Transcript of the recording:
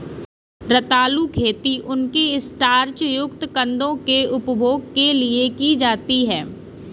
रतालू खेती उनके स्टार्च युक्त कंदों के उपभोग के लिए की जाती है